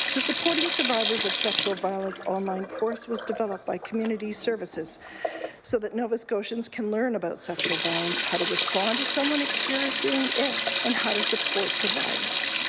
the supporting survivors of sexual violence online course was developed by community services so that nova scotians can learn about sexual violence, how to respond to someone experiencing it and how to support survivors.